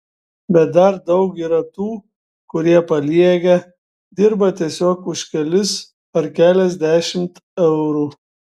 bet dar daug yra tų kurie paliegę dirba tiesiog už kelis ar keliasdešimt eurų